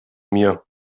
mir